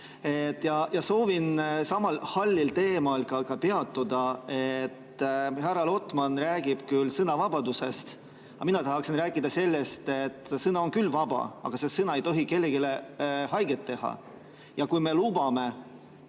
Soovin samal hallil teemal ka peatuda. Härra Lotman räägib küll sõnavabadusest, aga mina tahaksin rääkida sellest, et sõna on küll vaba, aga see sõna ei tohi kellelegi haiget teha. Kui me lubame